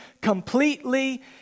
completely